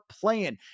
playing